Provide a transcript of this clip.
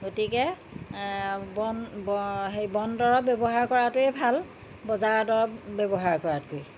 গতিকে বন সেই বন দৰৱ ব্যৱহাৰ কৰাটোৱেই ভাল বজাৰৰ দৰৱ ব্যৱহাৰ কৰাতকৈ